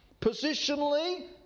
positionally